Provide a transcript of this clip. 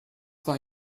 war